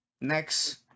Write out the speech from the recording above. Next